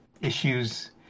issues